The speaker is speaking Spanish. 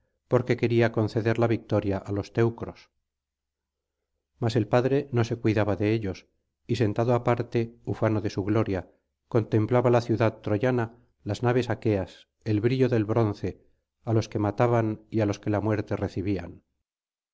porque quería conceder la victoria á los teucros mas el padre no se cuidaba de ellos y sentado aparte ufano de su gloria contemplábala ciudad troyana las naves aqueas el brillo del bronce á los que mataban y á los que la muerte recibían